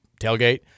tailgate